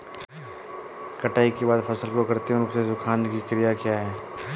कटाई के बाद फसल को कृत्रिम रूप से सुखाने की क्रिया क्या है?